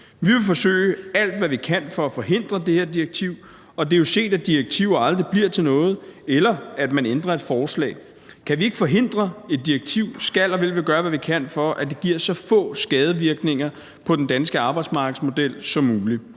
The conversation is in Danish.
Vi vil forsøge alt, hvad vi kan, for at forhindre det her direktiv, og det er jo set, at direktiver aldrig bliver til noget, eller at man ændrer et forslag. Kan vi ikke forhindre et direktiv, skal og vil vi gøre, hvad vi kan, for at det giver så få skadevirkninger på den danske arbejdsmarkedsmodel som muligt.